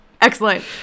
excellent